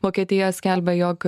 vokietija skelbia jog